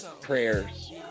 prayers